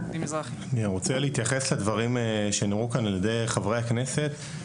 אני רוצה להתייחס לדברים שנאמרו כאן על ידי חברי הכנסת.